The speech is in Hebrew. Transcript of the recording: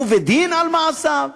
ובדין, על מעשיו.